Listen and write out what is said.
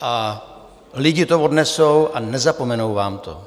A lidi to odnesou a nezapomenou vám to.